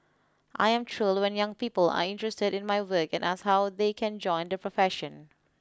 I am thrilled when young people are interested in my work and ask how they can join the profession